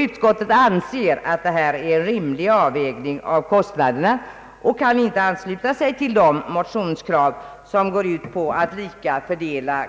Utskottet anser att det är en rimlig avvägning av kostnaderna och kan inte ansluta sig till de motionskrav som går ut på att lika fördela